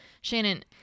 Shannon